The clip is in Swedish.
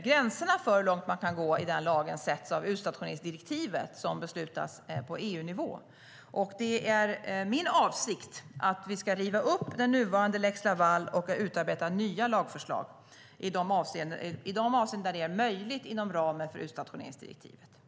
Gränserna för hur långt man kan gå i den lagen sätts av utstationeringsdirektivet, som beslutas på EU-nivå. Det är min avsikt att vi ska riva upp den nuvarande lex Laval och utarbeta nya lagförslag i de avseenden det är möjligt inom ramen för utstationeringsdirektivet.